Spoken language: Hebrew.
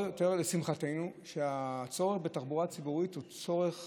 לשמחתנו מתברר יותר שהצורך בתחבורה הציבורית הוא צורך